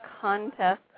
contest